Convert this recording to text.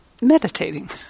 meditating